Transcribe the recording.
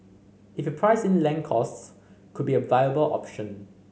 if you price in land costs could be a viable option